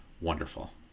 Wonderful